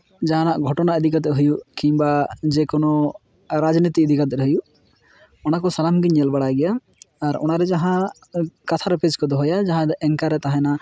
ᱡᱟᱦᱟᱱᱟᱜ ᱜᱷᱚᱴᱚᱱᱟ ᱤᱫᱤ ᱠᱟᱛᱮᱫ ᱦᱩᱭᱩᱜ ᱠᱤᱢᱵᱟ ᱡᱮᱠᱳᱱᱳ ᱨᱟᱡᱽᱱᱤᱛᱤ ᱤᱫᱤ ᱠᱟᱛᱮᱫ ᱦᱩᱭᱩᱜ ᱚᱱᱟᱠᱚ ᱥᱟᱱᱟᱢ ᱜᱤᱧ ᱧᱮᱞ ᱵᱟᱲᱟᱭ ᱜᱮᱭᱟ ᱟᱨ ᱚᱱᱟᱨᱮ ᱡᱟᱦᱟᱸ ᱠᱟᱛᱷᱟ ᱨᱮᱯᱮᱡ ᱠᱚ ᱡᱟᱦᱟᱸᱭ ᱫᱚ ᱮᱝᱠᱟᱨᱮ ᱛᱟᱦᱮᱱᱟ